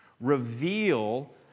reveal